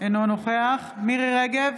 אינו נוכח מירי מרים רגב,